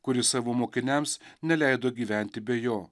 kuris savo mokiniams neleido gyventi be jo